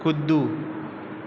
कूदू